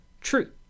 true